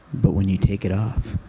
but when you take it off